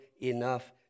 enough